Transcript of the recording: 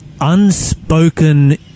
unspoken